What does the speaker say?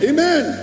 Amen